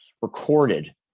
recorded